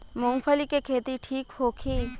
मूँगफली के खेती ठीक होखे?